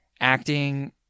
acting